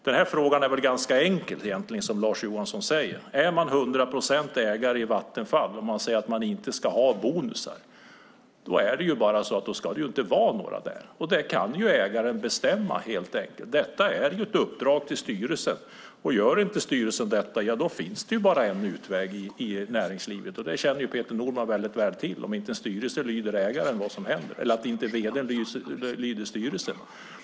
Den här frågan är egentligen ganska enkel, precis som Lars Johansson säger: Är man 100-procentig ägare i Vattenfall och säger att man inte ska ha bonusar är det bara så att det inte ska vara några där. Det kan ägaren helt enkelt bestämma. Detta är ett uppdrag till styrelsen, och gör inte styrelsen detta finns det bara en utväg i näringslivet. Peter Norman känner väldigt väl till vad som händer om en styrelse inte lyder ägaren eller om inte vd lyder styrelsen.